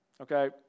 Okay